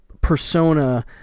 persona